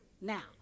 Now